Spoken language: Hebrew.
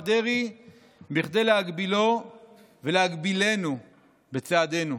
דרעי בכדי להגבילו ולהגבילנו בצעדינו.